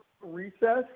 recess